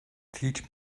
teach